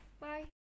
bye